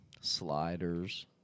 sliders